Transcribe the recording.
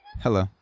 hello